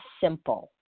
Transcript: simple